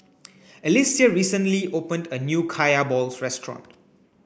Alyssia recently opened a new Kaya Balls Restaurant